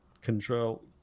control